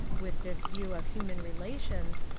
with this view of human relations,